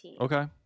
okay